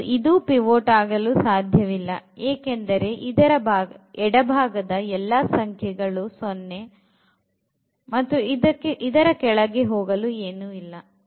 ಮತ್ತು ಇದು ಪಿವೊಟ್ ಆಗಲೂ ಸಾಧ್ಯ ಏಕೆಂದರೆ ಇದರ ಎಡಬಾಗದ ಎಲ್ಲ ಸಂಖ್ಯೆ ಸಂಖ್ಯೆಗಳು 0 ಮತ್ತು ಇದರ ಕೆಳಗೆ ಹೋಗಲು ಏನು ಇಲ್ಲ